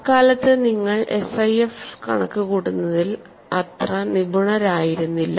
അക്കാലത്ത് നിങ്ങൾ SIF കണക്കുകൂട്ടുന്നതിൽ നിപുണരായിരുന്നില്ല